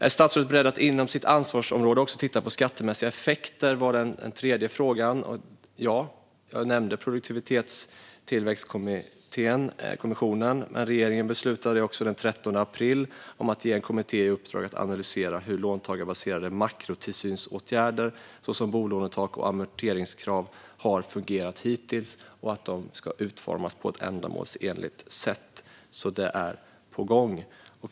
"Är statsrådet beredd att inom sitt ansvarsområde också titta på skattemässiga effekter" var den sista frågan i interpellationen. Svaret är ja. Jag nämnde Produktivitetskommissionen. Dessutom beslutade regeringen den 13 april att ge en kommitté i uppdrag att analysera hur låntagarbaserade makrotillsynsåtgärder, såsom bolånetak och amorteringskrav, har fungerat hittills och hur de kan utformas på ett ändamålsenligt sätt. Det här är på gång.